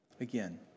Again